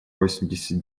восемьдесят